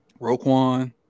Roquan